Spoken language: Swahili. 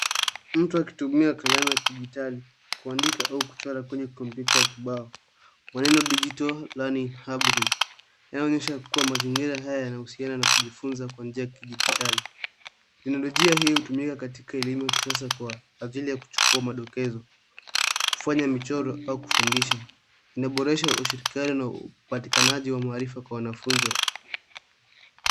Mtu anatumia kifaa cha kidijitali, kuandika au kuchora kwenye kibao. Hii ni sehemu ya digital learning rubric . Sina mashaka kuwa mbinu hizi zinasaidia katika kujifunza kidijitali. Teknolojia hii inatumiwa katika elimu shuleni kwa lengo la kuchukua madokezo, kufanya michoro, au kufundisha. Inaboresha ushirikiano na upatikanaji wa maarifa kwa wanafunzi.